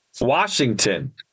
Washington